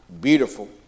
beautiful